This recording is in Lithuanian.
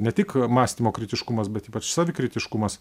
ne tik mąstymo kritiškumas bet ypač savikritiškumas